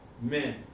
men